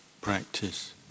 practice